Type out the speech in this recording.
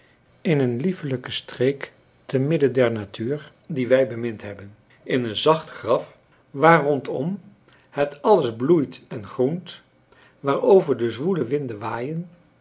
in een liefelijke streek te midden der natuur die wij bemind hebben in een zacht graf waar rondom het alles bloeit en groent waarover de zwoele winden waaien